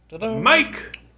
Mike